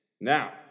Now